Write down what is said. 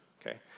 okay